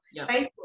Facebook